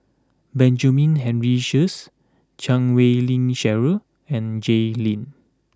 Benjamin Henry Sheares Chan Wei Ling Cheryl and Jay Lim